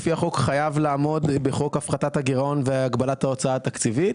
לפי החוק חייב לעמוד בחוק הפחתת הגרעון והגבלת ההוצאה התקציבית.